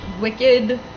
wicked